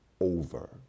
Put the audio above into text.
over